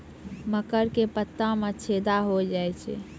मकर के पत्ता मां छेदा हो जाए छै?